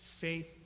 faith